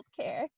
healthcare